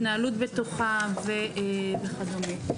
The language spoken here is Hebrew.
התנהלות בטוחה וכדומה.